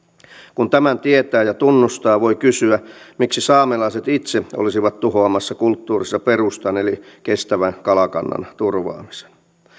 kun tämän tietää ja tunnustaa voi kysyä miksi saamelaiset itse olisivat tuhoamassa kulttuurinsa perustan eli kestävän kalakannan turvaamisen